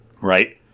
Right